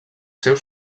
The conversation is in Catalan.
seus